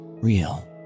real